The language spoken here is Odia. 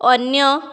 ଅନ୍ୟ